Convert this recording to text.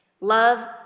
Love